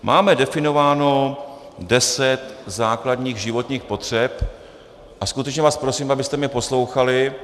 Máme definováno deset základních životních potřeb a skutečně vás prosím, abyste mě poslouchali.